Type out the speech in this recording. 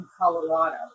Colorado